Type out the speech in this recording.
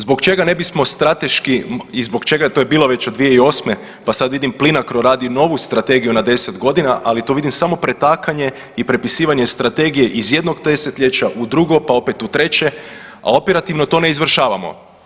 Zbog čega ne bismo strateški i zbog čega to je bilo već od 2008. pa sad vidim PLINACRO radi novu strategiju na 10 godina, ali tu vidim samo pretakanje i prepisivanje strategije iz jednog desetljeća u drugo, pa opet u treće a operativno to ne izvršavamo.